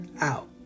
out